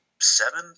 seven